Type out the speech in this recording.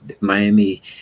Miami